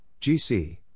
GC